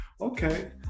okay